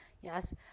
yes